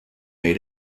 made